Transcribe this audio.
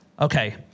okay